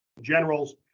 generals